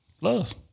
Love